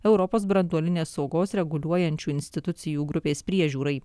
europos branduolinės saugos reguliuojančių institucijų grupės priežiūrai